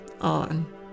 on